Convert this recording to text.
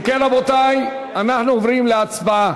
אם כן, רבותי, אנחנו עוברים להצבעה.